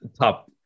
top